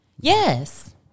Yes